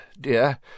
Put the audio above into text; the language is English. dear